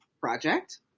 project